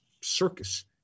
circus